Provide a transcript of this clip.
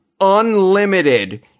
unlimited